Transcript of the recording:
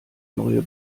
neue